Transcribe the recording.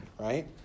right